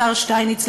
השר שטייניץ,